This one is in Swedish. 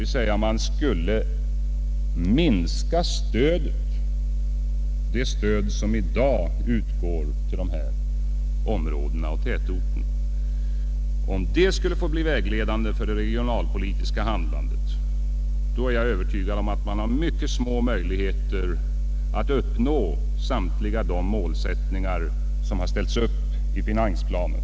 Man skulle alltså minska det stöd som i dag utgår till ifrågavarande områden och tätorter! Om detta skulle få bli vägledande för det regionalpolitiska handlandet är jag övertygad om att man har mycket små möjligheter att uppnå samtliga de målsättningar som ställts upp i finansplanen.